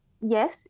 Yes